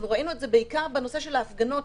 ראינו את זה בעיקר בנושא של ההפגנות,